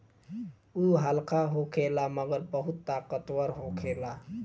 उ हल्का होखेला मगर बहुत ताकतवर होखेला